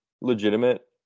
legitimate